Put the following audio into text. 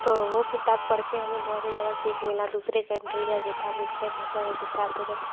तो वो किताब पढ़ के हमें बहुत ही ज़्यादा सीख मिला दूसरे कंट्री का किताब दूसरे भाषा का किताब को जब